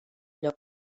lloc